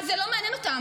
אז זה לא מעניין אותם.